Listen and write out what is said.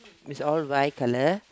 it's all bright colour